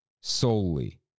solely